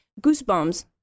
goosebumps